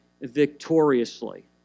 victoriously